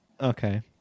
okay